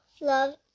love